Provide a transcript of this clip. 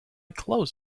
close